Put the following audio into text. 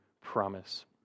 promise